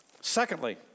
Secondly